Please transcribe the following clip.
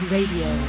Radio